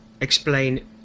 explain